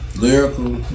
lyrical